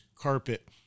carpet